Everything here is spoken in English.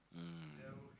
mm